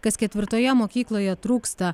kas ketvirtoje mokykloje trūksta